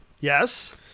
Yes